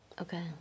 Okay